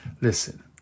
Listen